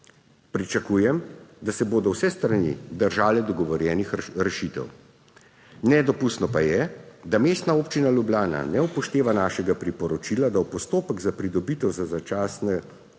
Pričakujem, da se bodo vse strani držale dogovorjenih rešitev. Nedopustno pa je, da Mestna občina Ljubljana ne upošteva našega priporočila, da v postopek za pridobitev začasnega